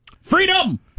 Freedom